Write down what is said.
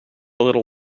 little